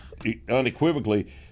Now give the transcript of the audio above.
unequivocally